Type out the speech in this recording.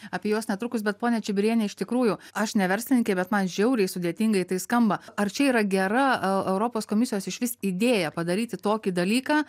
apie juos netrukus bet ponia čibiriene iš tikrųjų aš ne verslininkė bet man žiauriai sudėtingai tai skamba ar čia yra gera europos komisijos išvis idėja padaryti tokį dalyką